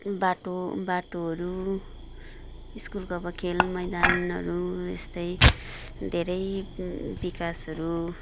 बाटो बाटोहरू स्कुलको अब खेल मैदानहरू यस्तै धेरै विकासहरू